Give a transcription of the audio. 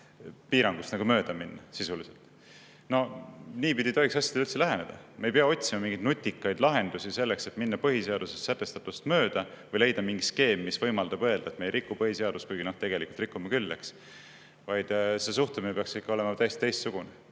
sisuliselt mööda minna. No niipidi ei tohiks asjadele üldse läheneda. Me ei pea otsima mingeid nutikaid lahendusi selleks, et minna põhiseaduses sätestatust mööda, või leida mingi skeem, mis võimaldab öelda, et me ei riku põhiseadust, kuigi tegelikult rikume küll. See suhtumine peaks ikka olema täiesti teistsugune: